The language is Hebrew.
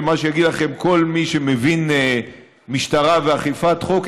ויגיד לכם כל מי שמבין משטרה ואכיפת חוק,